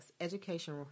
education